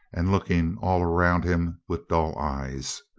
and looking all round him with dull eyes.